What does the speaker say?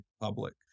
public